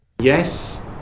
Yes